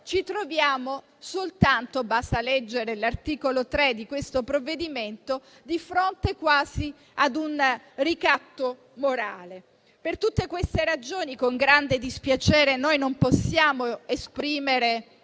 di fronte soltanto (basta leggere l'articolo 3 del provvedimento in votazione) quasi a un ricatto morale. Per tutte queste ragioni, con grande dispiacere, non possiamo esprimere